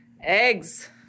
Eggs